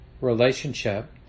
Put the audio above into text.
relationship